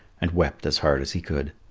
and wept as hard as he could.